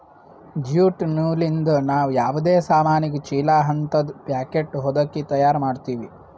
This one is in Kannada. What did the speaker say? ಜ್ಯೂಟ್ ನೂಲಿಂದ್ ನಾವ್ ಯಾವದೇ ಸಾಮಾನಿಗ ಚೀಲಾ ಹಂತದ್ ಪ್ಯಾಕೆಟ್ ಹೊದಕಿ ತಯಾರ್ ಮಾಡ್ತೀವಿ